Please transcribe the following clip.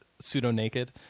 pseudo-naked